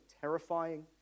terrifying